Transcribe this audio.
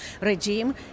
regime